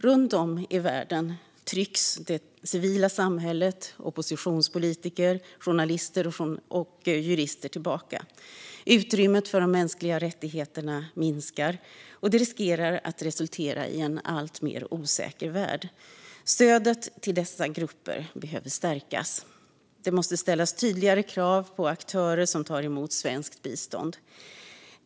Runt om i världen trycks det civila samhället, oppositionspolitiker, journalister och jurister tillbaka. Utrymmet för de mänskliga rättigheterna minskar, och det riskerar att resultera i en alltmer osäker värld. Stödet till dessa grupper behöver stärkas. Det måste ställas tydligare krav på aktörer som tar emot svenskt bistånd.